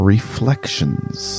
Reflections